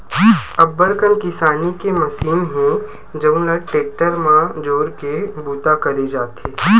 अब्बड़ कन किसानी के मसीन हे जउन ल टेक्टर म जोरके बूता करे जाथे